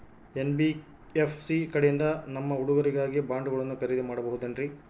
NBFC ಕಡೆಯಿಂದ ನಮ್ಮ ಹುಡುಗರಿಗಾಗಿ ಬಾಂಡುಗಳನ್ನ ಖರೇದಿ ಮಾಡಬಹುದೇನ್ರಿ?